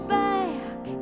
back